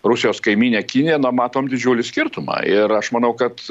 rusijos kaimyne kinija nu matom didžiulį skirtumą ir aš manau kad